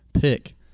pick